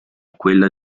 quella